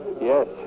Yes